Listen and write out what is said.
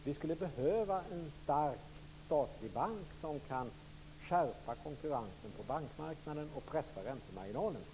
Vi skulle behöva en stark statlig bank, som kan skärpa konkurrensen på bankmarknaden och pressa räntemarginalerna.